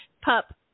pup